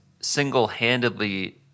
single-handedly